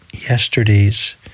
yesterday's